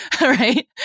right